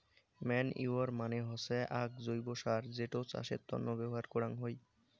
manure মানে হসে আক জৈব্য সার যেটো চাষের তন্ন ব্যবহার করাঙ হই